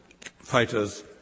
fighters